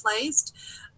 placed